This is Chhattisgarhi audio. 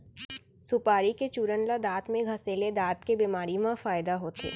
सुपारी के चूरन ल दांत म घँसे ले दांत के बेमारी म फायदा होथे